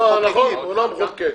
נכון, הוא לא המחוקק.